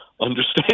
understand